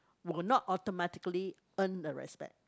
will not automatically earn the respect